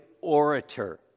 orator